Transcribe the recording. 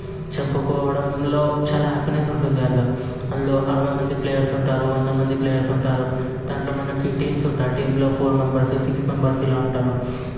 చంపుకోవడంలో చాలా హ్యాపీనెస్ ఉంటుంది అందులో అందులో అరవై మంది ప్లేయర్స్ ఉంటారు వంద మంది ప్లేయర్స్ ఉంటారు దాంట్లో మనకి టీమ్స్ ఉంటాయి టీంలో మనకి ఫోర్ మెంబర్స్ సిక్స్ మెంబర్స్ ఇలా ఉంటారు